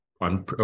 on